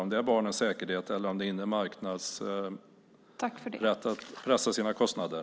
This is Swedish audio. Är det barnens säkerhet eller inre marknadens rätt att pressa sina kostnader?